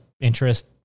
interest